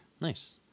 Nice